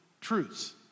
truths